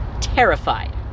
Terrified